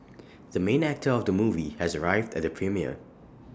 the main actor of the movie has arrived at the premiere